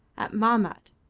at mahmat,